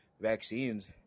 vaccines